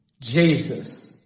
Jesus